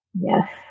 Yes